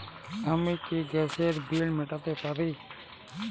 আমি কি গ্যাসের বিল মেটাতে পারি?